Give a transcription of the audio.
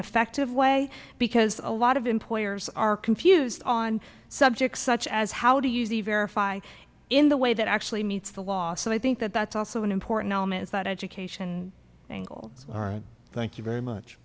effective way because a lot of employers are confused on subjects such as how do you see verify in the way that actually meets the law so i think that that's also an important element that education angle all right thank you very much